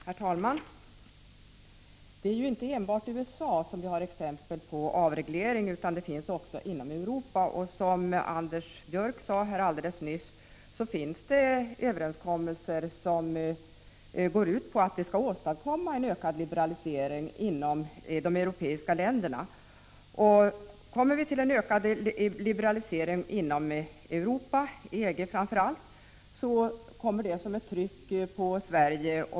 Herr talman! Det är inte enbart i USA som det finns exempel på avreglering, det finns också inom Europa. Som Anders Björck sade här alldeles nyss finns det överenskommelser som går ut på att åstadkomma en ökad liberalisering inom de europeiska länderna. Om det blir en ökad liberalisering inom Europa, framför allt inom EG, kommer det att utgöra ett tryck på Sverige.